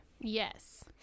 Yes